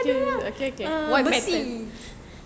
uh besi